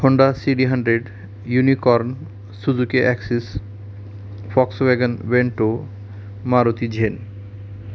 Honda city hundred unicorn Suzuki access Volkswagen vento Maruti zen